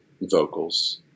vocals